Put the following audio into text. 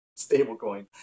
stablecoin